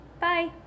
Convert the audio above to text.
bye